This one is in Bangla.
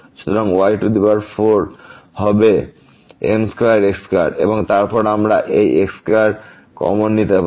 সুতরাং y4 হবে তাহলে m2x2 এবং তারপর আমরা এই x2 কমন নিতে পারি